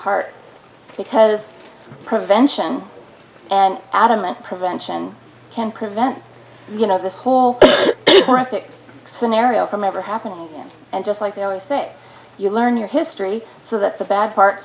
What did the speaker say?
heart because prevention and adamant prevention can prevent you know this whole graphic scenario from ever happening again and just like they always say you learn your history so that the bad part